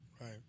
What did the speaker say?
Right